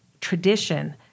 tradition